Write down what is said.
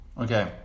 Okay